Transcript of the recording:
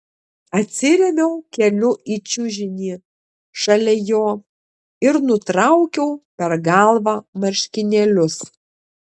atsirėmiau keliu į čiužinį šalia jo ir nutraukiau per galvą marškinėlius